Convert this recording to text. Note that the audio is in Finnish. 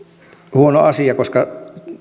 huono asia koska